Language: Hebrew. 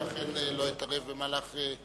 ולכן לא אתערב במהלך,